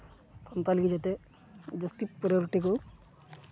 ᱥᱟᱱᱛᱟᱲᱤ ᱜᱮ ᱡᱟᱛᱮ ᱡᱟᱹᱥᱛᱤ ᱯᱨᱟᱭᱳᱨᱤᱴᱤ ᱠᱚ